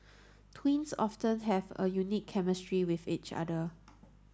twins often have a unique chemistry with each other